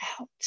out